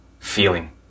Feeling